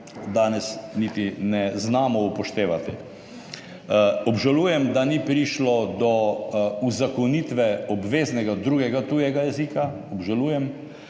danes niti ne znamo upoštevati. Obžalujem, da ni prišlo do uzakonitve obveznega drugega tujega jezika, obžalujem,